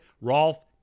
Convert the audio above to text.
Rolf